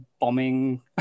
bombing